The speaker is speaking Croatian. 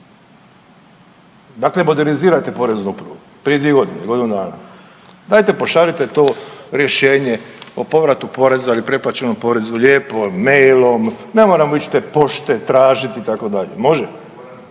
Dakle modernizirajte Poreznu upravu, prije dvije godine, godinu dana. Dajte pošaljite to rješenje o povratu poreza ili preplaćenom porezu, lijepo mail-om, ne moramo ić te pošte, tražit i tako